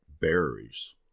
berries